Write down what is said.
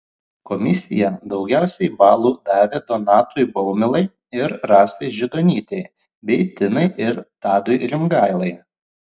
komisija daugiausiai balų davė donatui baumilai ir rasai židonytei bei tinai ir tadui rimgailai